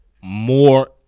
more